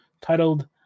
titled